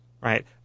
right